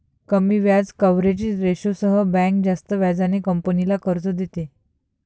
कमी व्याज कव्हरेज रेशोसह बँक जास्त व्याजाने कंपनीला कर्ज देते